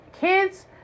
kids